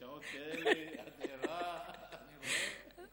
בשעות כאלה את ערה, אני רואה.